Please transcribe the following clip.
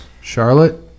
Charlotte